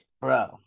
bro